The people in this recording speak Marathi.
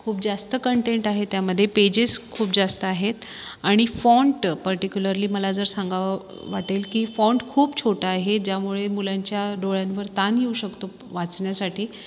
खूप जास्त कंटेंट आहे त्यामध्ये पेजेस खूप जास्त आहेत आणि फॉन्ट पर्टिक्युलरली मला जर सांगावा वाटेल की फॉन्ट खूप छोटा आहे ज्यामुळे मुलांच्या डोळ्यांवर ताण येऊ शकतो वाचण्यासाठी